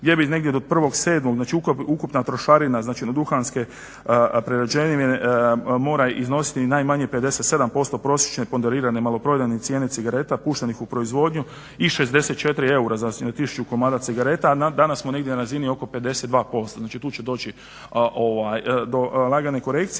gdje bi negdje do 1.7. znači ukupna trošarina na duhanske prerađevine mora iznositi najmanje 57% prosječne pondorirane maloprodajne cijene cigareta puštenih u proizvodnju i 64 eura za 1000 komada cigareta, a danas smo negdje na razini oko 52%. Znači, tu će doći do lagane korekcije.